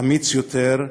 אמיץ יותר,